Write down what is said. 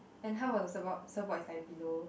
then how was about the support the support is like below